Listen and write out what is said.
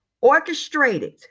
orchestrated